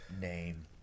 name